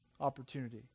opportunity